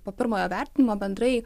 po pirmojo vertinimo bendrai